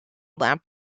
lamp